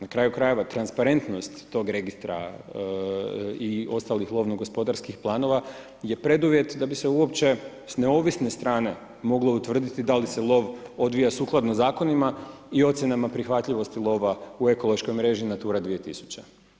Na kraju krajeva, transparentnost tog registra i ostalih lovno-gospodarskih planova je preduvjet da bi se uopće s neovisne strane moglo utvrditi da li se lov odvija sukladno zakonima i ocjenama prihvatljivosti lova u Ekološkoj mreži Natura 2000.